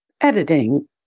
editing